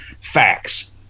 facts